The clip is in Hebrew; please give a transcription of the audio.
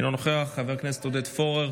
אינו נוכח, חבר הכנסת עודד פורר,